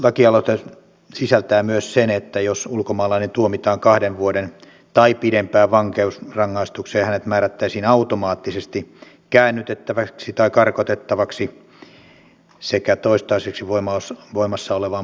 lakialoite sisältää myös sen että jos ulkomaalainen tuomitaan kahden vuoden vankeusrangaistukseen tai pidempään hänet määrättäisiin automaattisesti käännytettäväksi tai karkotettavaksi sekä toistaiseksi voimassa olevaan maahantulokieltoon